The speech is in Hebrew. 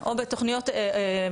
קיימות.